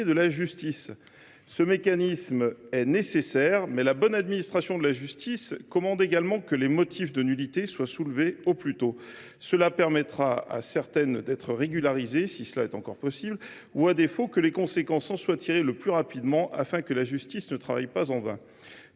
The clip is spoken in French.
de purge des nullités est nécessaire, mais la bonne administration de la justice commande également que les motifs de nullité soient soulevés au plus tôt. Cela permettra à certaines d’entre elles d’être régularisées, si cela est encore possible, ou, à défaut, que les conséquences en soient tirées au plus vite, afin que la justice ne travaille pas en vain.